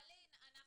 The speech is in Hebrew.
אלין,